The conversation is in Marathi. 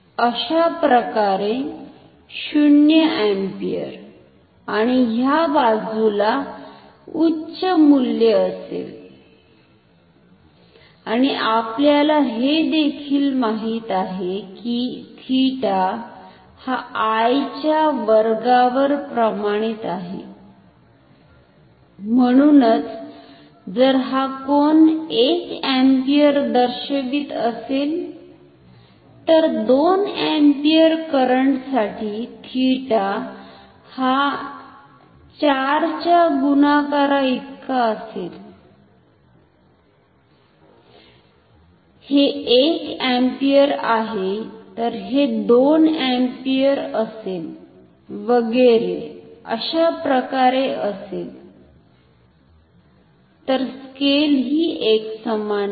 अशाप्रकारे 0 अँपिअर आणी ह्या बाजुला उच्च मूल्य असेल आणि आपल्याला हे देखील माहीत आहे की थीटा हा I च्या वर्गावर प्रमाणित आहे म्हणुनच जर हा कोन 1 अँपिअर दर्शवित असेल तर 2 अँपिअर करंटसाठी थीटाहा 4 च्या गुणकाराइतका असेल हे 1 अँपिअर आहे तर हे 2 अँपिअर असेल वैगैरे अशाप्रकारे असेल तर स्केल हि एकसमान नाही